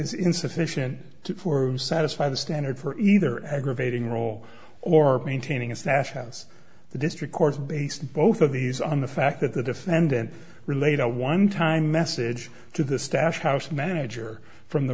is insufficient to satisfy the standard for either aggravating role or maintaining its nationals the district court based both of these on the fact that the defendant relayed a one time message to the stash house manager from the